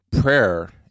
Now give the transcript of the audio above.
prayer